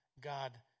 God